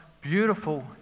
beautiful